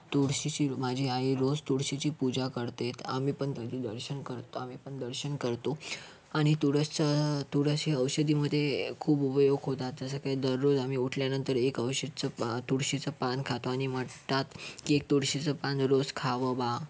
तुळशीशी माझी आई रोज तुळशीची पूजा करते आम्ही पण दर्शन करतो आम्ही पण दर्शन करतो आणि तुळस तुळस हे औषधीमध्ये खूप उपयोग होतात जसं की दररोज आम्ही उठल्यानंतर एक औषधचं पान तुळशीचं पान खातो आणि म्हणतात की तुळशीच पान रोज खावं बा